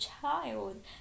child